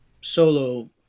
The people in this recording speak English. solo